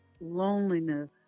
loneliness